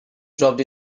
dropped